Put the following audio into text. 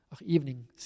evening